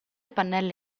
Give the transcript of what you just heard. pannelli